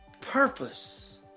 purpose